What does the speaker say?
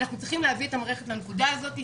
אנחנו צריכים להביא את המערכת לנקודה הזאת,